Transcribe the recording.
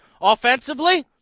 Offensively